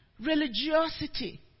religiosity